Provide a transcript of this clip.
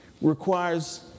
Requires